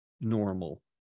normal